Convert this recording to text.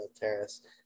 Terrace